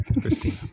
Christina